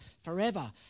forever